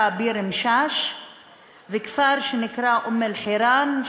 ביר-אלמשאש וכפר שנקרא אום-אלחיראן.